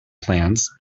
plants